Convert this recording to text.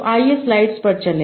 तो आइये स्लाइड्स पर चले